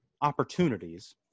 opportunities